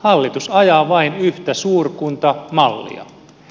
hallitus ajaa vain yhtä suurkuntamallia